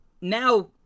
Now